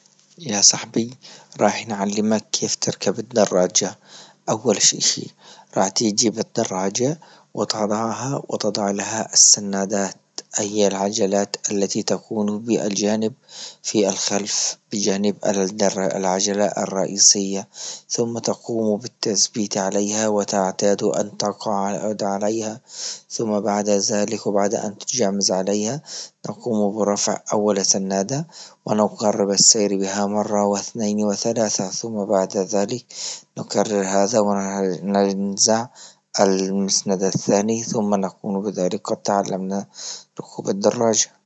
يا صاحبي رايح نعلمك كيف تركب الدراجة، أول إشي راح تيجي بالدراجة وتضعها وتضع لها السنادات أي العجلات التي تكون بالجانب في الخلف بجانب الدر- العجلة الرئيسية، ثم تقوم بتسبيت عليها وتعتاد أن تقع عليها ثم بعد زلك وبعد أن تجامد عليها تقوم برفع أول سناده ونقرب السير بها مرة وإثنين وثلاثة، ثم بعد ذلك نكرر هذا ننزع المسند الثاني ثم نقوم بذلك قد تعلمنا ركوب الدراجة.